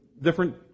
different